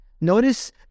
Notice